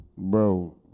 Bro